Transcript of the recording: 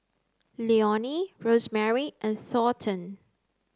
Leonie Rosemary and Thornton